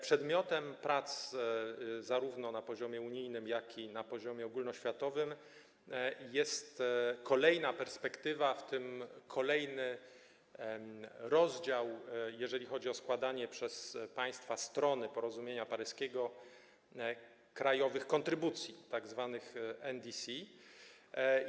Przedmiotem prac zarówno na poziomie unijnym, jak i na poziomie ogólnoświatowym jest kolejna perspektywa, w tym kolejny rozdział, jeżeli chodzi o składanie przez państwa strony porozumienia paryskiego krajowych kontrybucji, tzw. NDC.